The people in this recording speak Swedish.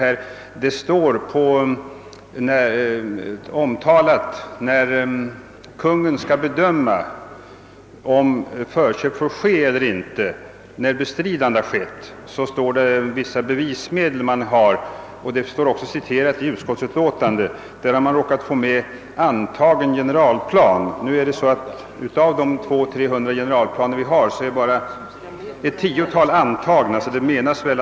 När det omtalas att Kungl. Maj:t skall bedöma huruvida köp får ske sedan bestridande har skett, så uppräknas vissa bevismedel. I utskottets utlåtande har man därvid råkat få med uttrycket »antagen generalplan». Men av de 200—300 generalplaner som nu finns är bara ett tiotal antagna i byggnadslagens mening.